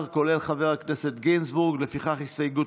ההסתייגות